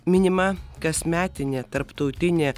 minima kasmetinė tarptautinė